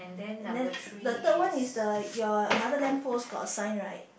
and then the third one is the your another lamppost got a sign right